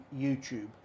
YouTube